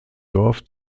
dorf